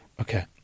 Okay